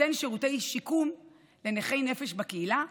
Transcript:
ליתן שירותי שיקום לנכי נפש בקהילה,